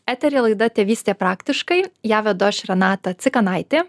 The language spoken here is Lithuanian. eteryje laida tėvystė praktiškai ją vedu aš renata cikanaitė